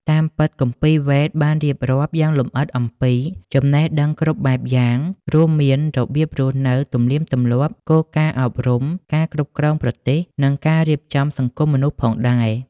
តាមពិត គម្ពីរ វេទ បានរៀបរាប់យ៉ាងលម្អិតអំពី ចំណេះដឹងគ្រប់បែបយ៉ាងរួមមាន របៀបរស់នៅ ទំនៀមទម្លាប់ គោលការណ៍អប់រំ ការគ្រប់គ្រងប្រទេស និងការរៀបចំសង្គមមនុស្ស ផងដែរ។